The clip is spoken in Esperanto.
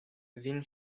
vin